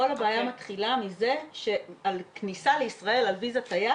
כל הבעיה מתחילה מזה שעל כניסה לישראל על ויזת תייר